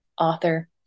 author